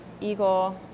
eagle